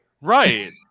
Right